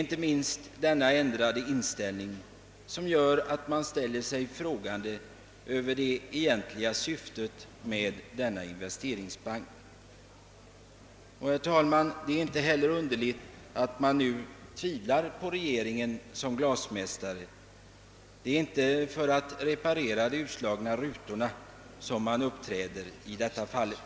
Inte minst denna ändrade inställning gör att man ställer sig frågande inför det egentliga syftet med denna investeringsbank. Herr talman! Det är inte underligt att vi tvivlar på regeringen som glasmästare. Det är inte för att reparera de utslagna rutorna den uppträder i det här fallet.